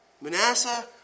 Manasseh